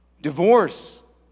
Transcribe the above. Divorce